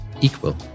equal